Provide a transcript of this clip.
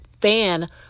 fan